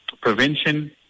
prevention